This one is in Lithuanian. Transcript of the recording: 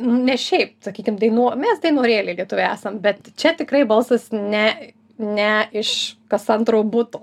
ne šiaip sakykim dainuo mes dainorėliai lietuviai esam bet čia tikrai balsas ne ne iš kas antro buto